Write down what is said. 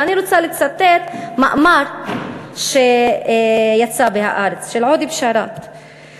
ואני רוצה לצטט מאמר של עודה בשאראת ב"הארץ".